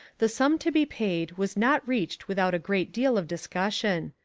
the sum to be paid was not reached without a great deal of discussion.